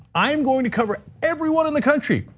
i am going to cover everyone in the country.